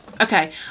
Okay